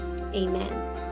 Amen